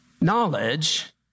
Knowledge